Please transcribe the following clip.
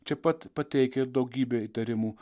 čia pat pateikia ir daugybę įtarimų